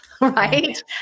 right